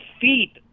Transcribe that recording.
feet